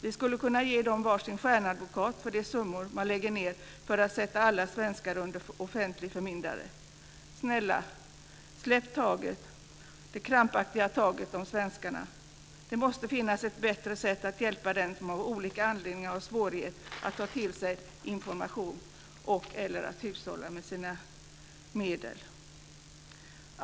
Vi skulle kunna ge dem var sin stjärnadvokat för de summor som man lägger ned för att sätta alla svenskar under offentlig förmyndare. Snälla - släpp det krampaktiga taget om svenskarna! Det måste finnas bättre sätt att hjälpa dem som av olika anledningar har svårigheter att ta till sig information eller att hushålla med sina medel.